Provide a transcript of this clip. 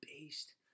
based